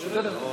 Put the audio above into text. חשוב מאוד.